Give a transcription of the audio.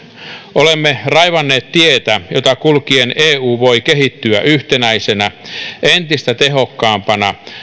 olemme raivanneet tietä jota kulkien eu voi kehittyä yhtenäisenä entistä tehokkaampana